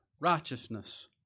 righteousness